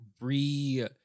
re